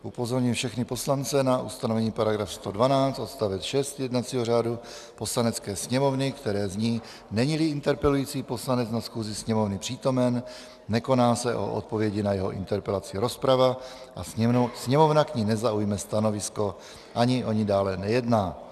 Upozorňuji všechny poslance na ustanovení § 112 odst. 6 jednacího řádu Poslanecké sněmovny, které zní: Neníli interpelující poslanec na schůzi Sněmovny přítomen, nekoná se o odpovědi na jeho interpelaci rozprava a Sněmovna k ní nezaujme stanovisko ani o ní dále nejedná.